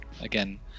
again